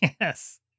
Yes